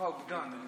גם